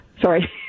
sorry